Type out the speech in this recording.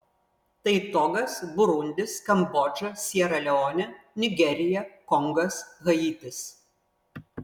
tai togas burundis kambodža siera leonė nigerija kongas haitis